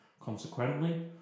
Consequently